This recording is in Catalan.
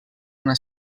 una